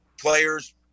players